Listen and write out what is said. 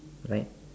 like